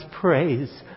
praise